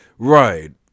Right